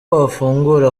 wafungura